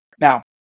Now